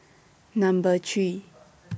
Number three